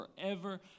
forever